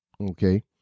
Okay